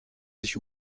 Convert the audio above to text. sich